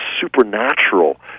supernatural